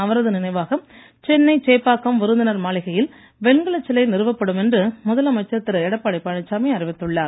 அவரது நினைவாக சென்னை சேப்பாக்கம் விருந்தினர் மாளிகையில் வெண்கலச் சிலை நிறுவப்படும் என்று முதலமைச்சர் திரு எடப்பாடி பழனிசாமி அறிவித்துள்ளார்